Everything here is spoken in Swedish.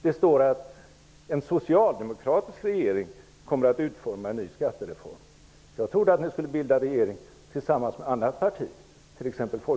Det står att en socialdemokratisk regering kommer att utforma en ny skattereform. Jag trodde att ni skulle bilda regering tillsammans med ett annat parti, t.ex.